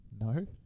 No